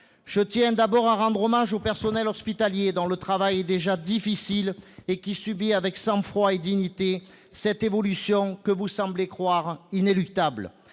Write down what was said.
Je tiens tout d'abord à rendre hommage au personnel hospitalier, dont le travail est déjà difficile et qui subit avec sang-froid et dignité cette évolution que vous semblez croire inéluctable.